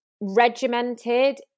regimented